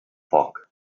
foc